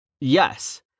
Yes